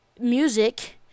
music